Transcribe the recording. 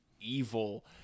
evil